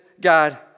God